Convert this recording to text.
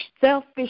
selfish